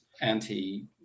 anti